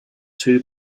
two